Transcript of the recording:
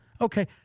Okay